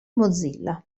mozilla